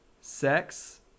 sex